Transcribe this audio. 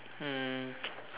hmm